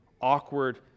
awkward